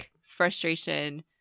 frustration